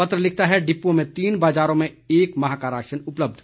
पत्र लिखता है डिप्ओं में तीन बाजारों में एक माह का राशन उपलब्ध